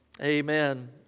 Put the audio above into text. Amen